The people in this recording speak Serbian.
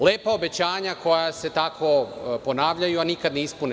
Lepa obećanja koja se tako ponavljaju, a nikada ne ispune.